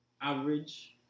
Average